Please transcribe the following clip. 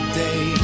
day